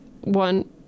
one